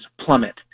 plummet